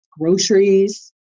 Groceries